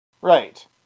right